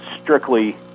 strictly